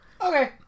Okay